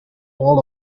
all